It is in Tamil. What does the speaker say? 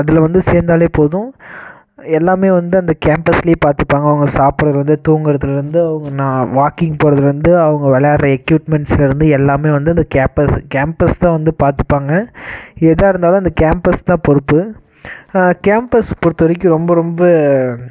அதில் வந்து சேர்ந்தாலே போதும் எல்லாமே வந்து அந்த கேம்பஸ்லயே பார்த்துப்பாங்க அவங்க சாப்பிட்றதுலேருந்து தூங்குறதுலேருந்து அவங்க நா வாக்கிங் போகிறதுலேருந்து அவங்க விளையாட்ற எக்யூப்மெண்ட்ஸ்லேருந்து எல்லாமே வந்து அந்த கேம்பஸு கேம்பஸ் தான் வந்து பார்த்துப்பாங்க எதாக இருந்தாலும் அந்த கேம்பஸ் தான் பொறுப்பு கேம்பஸ் பொறுத்த வரைக்கும் ரொம்ப ரொம்ப